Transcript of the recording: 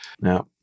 Now